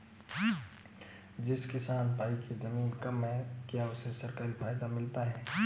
जिस किसान भाई के ज़मीन कम है क्या उसे सरकारी फायदा मिलता है?